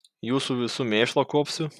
jūsų visų mėšlą kuopsiu